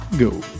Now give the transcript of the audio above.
go